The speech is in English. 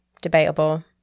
debatable